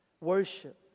worship